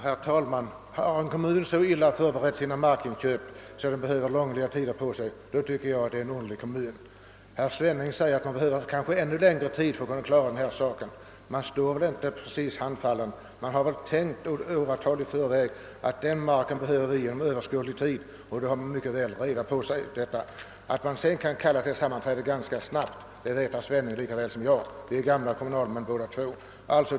Herr talman! Har en kommun så illa förberett sina markinköp att den behöver långliga tider på sig, är det en underlig kommun. Herr Svenning menar att man kan behöva ännu längre tid för att klara saken, Man står väl ändå inte precis handfallen? Man har kanske åratal i förväg tänkt på att man inom överskådlig tid behöver ett markområde och har väl reda på sig. Att man sedan kan kalla till sammanträde ganska snabbt vet herr Svenning lika väl som jag; vi är gamla kommunalmän båda två.